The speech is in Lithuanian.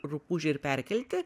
rupūžę ir perkelti